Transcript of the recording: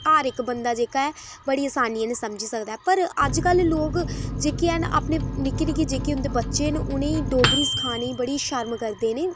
हर इक बंदा जेह्का ऐ बड़ी आसानी कन्नै समझी सकदा ऐ पर अजकल लोक जेह्के हैन अपनी निक्के निक्के जेह्के उं'दे बच्चे न उ'नेंई डोगरी सखाने ई बड़ी शर्म करदे न